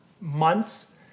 months